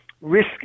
risk